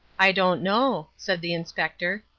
i don't know, said the inspector.